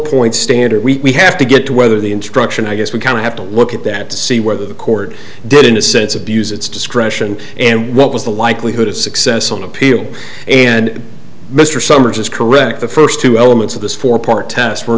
point standard we have to get to whether the instruction i guess we kind of have to look at that to see whether core the or did in a sense abuse its discretion and what was the likelihood of success on appeal and mr summers was correct the first two elements of this four part test